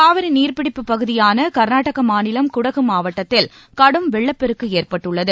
காவிரி நீர்ப்பிடிப்பு பகுதியான கர்நாடக மாநிலம் குடகு மாவட்டத்தில் கடும் வெள்ளப்பெருக்கு ஏற்பட்டுள்ளது